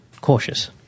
Cautious